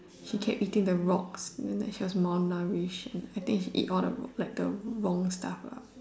she kept eating the rocks I mean like she was malnourished I think she eat all the rock like the wrong stuff lah